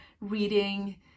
reading